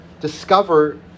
discover